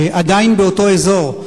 עדיין באותו אזור.